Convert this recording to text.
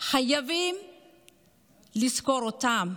שחייבים לזכור אותם.